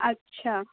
اچھا